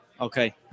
Okay